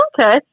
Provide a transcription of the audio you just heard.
Okay